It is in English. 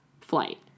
flight